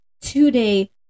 today